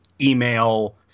Email